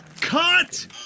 Cut